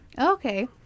Okay